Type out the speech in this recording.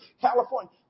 California